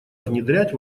внедрять